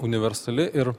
universali ir